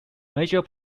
major